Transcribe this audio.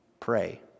pray